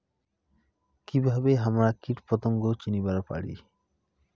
কিভাবে হামরা কীটপতঙ্গ চিনিবার পারি?